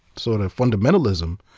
sort of, fundamentalism.